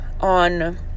on